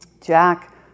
Jack